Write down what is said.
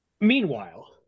meanwhile